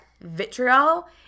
vitriol